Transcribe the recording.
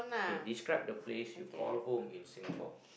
okay describe the places you call home in singapore